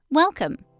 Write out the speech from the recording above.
welcome!